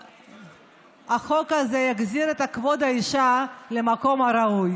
והחוק הזה יחזיר את כבוד האישה למקום הראוי.